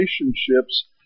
relationships